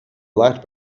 light